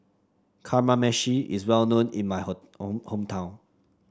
kamameshi is well known in my hometown